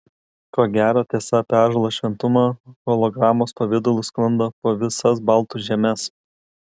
ko gero tiesa apie ąžuolo šventumą hologramos pavidalu sklando po visas baltų žemes